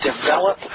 develop